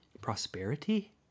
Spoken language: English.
Prosperity